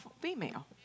female